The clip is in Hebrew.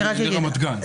לרמת גן.